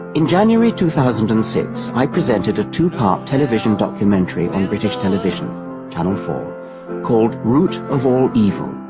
in january two thousand and six i presented a two-part television documentary and british television channel four called root of all evil